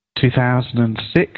2006